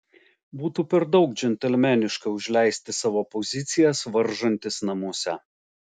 būtų per daug džentelmeniška užleisti savo pozicijas varžantis namuose